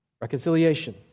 reconciliation